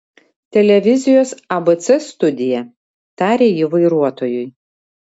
televizijos abc studija tarė ji vairuotojui